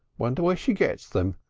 wonder where she gets them!